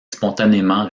spontanément